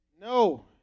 No